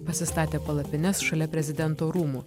pasistatę palapines šalia prezidento rūmų